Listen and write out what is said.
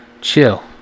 Chill